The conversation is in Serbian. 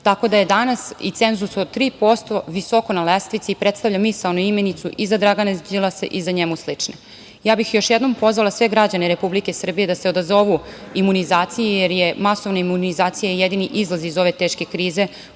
tako da je danas i cenzus od 3% visoko na lestvici predstavlja misaonu imenicu i za Dragana Đilasa i za njemu slične. Ja bih još jednom pozvala sve građane Republike Srbije da se odazovu imunizaciji, jer je masovna imunizacija jedini izlaz iz ove teške krize